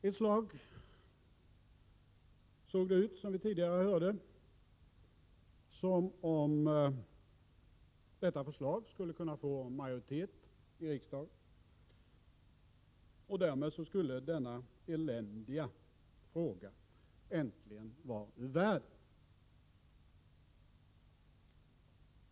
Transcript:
Ett slag såg det, som vi tidigare hörde, ut som om detta förslag skulle kunna få majoritet i riksdagen. Därmed skulle denna eländiga fråga äntligen vara ur världen.